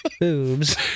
boobs